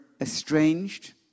estranged